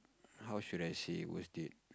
how should I say worst date